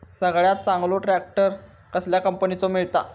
सगळ्यात चांगलो ट्रॅक्टर कसल्या कंपनीचो मिळता?